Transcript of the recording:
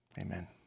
Amen